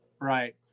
Right